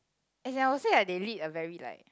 as in I will say like they lead a very like